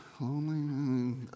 lonely